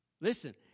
Listen